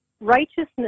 Righteousness